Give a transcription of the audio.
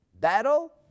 battle